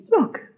Look